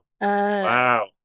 wow